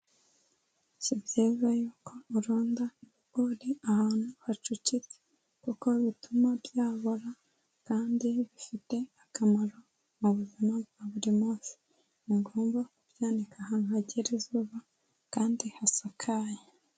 Si byiza yuko urunda ibigori ahantu hacucitse kuko bituma byabora, kandi bifite akamaro mu buzima bwa buri munsi, ni ngombwa kubyanika ahantu hagera izuba kandi hasakaye.